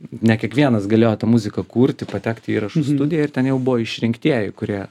ne kiekvienas galėjo tą muziką kurti patekt į įrašų studiją ir ten jau buvo išrinktieji kurie